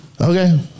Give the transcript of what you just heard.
Okay